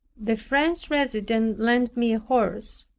the french resident lent me a horse.